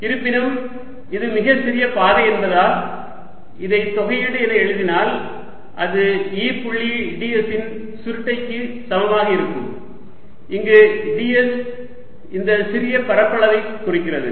இருப்பினும் இது மிகச் சிறிய பாதை என்பதால் இதை தொகையீடு என எழுதினால் அது E புள்ளி ds இன் சுருட்டைக்கு சமமாக இருக்கும் இங்கு ds இந்த சிறிய பரப்பளவை குறிக்கிறது